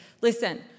listen